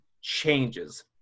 changes